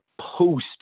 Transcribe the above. post